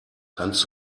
kannst